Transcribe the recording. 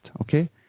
okay